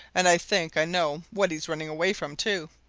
and i think i know what he's running away from, too!